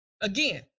again